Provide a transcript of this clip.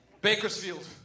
Bakersfield